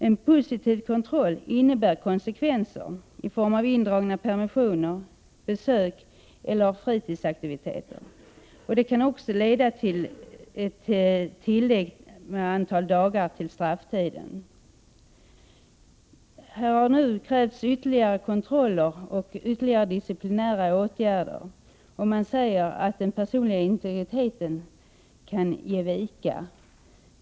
Ett positivt resultat innebär konsekvenser i form av indragna permissioner, besök och fritidsaktiviteter, och det kan också leda till tillägg av ett antal dagar till strafftiden. Här har nu krävts ytterligare kontroller och disciplinära åtgärder, och man säger att den personliga integriteten kan ge vika.